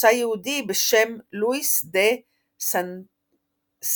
ממוצא יהודי בשם לואיס דה סנטאנחל,